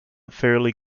fairly